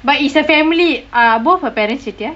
but is a family uh both her parents chettiyaar